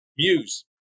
views